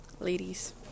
ladies